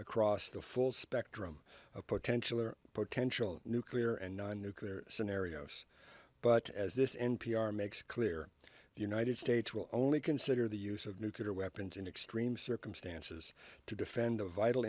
across the full spectrum of potential or potential nuclear and non nuclear scenarios but as this n p r makes clear the united states will only consider the use of nuclear weapons in extreme circumstances to defend a vital